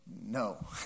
No